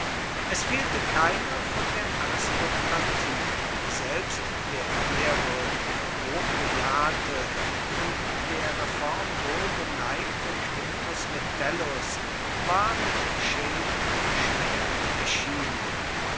es fehlte keiner von der aristokratie selbst der ehrwürdige hochbejahrte und der reform wohlgeneigte quintus metellus war mit schild und schwert erschienen